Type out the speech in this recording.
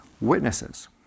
witnesses